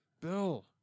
bill